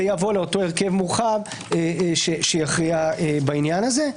זה יבוא לאותו הרכב מורחב שיכריע בעניין הזה.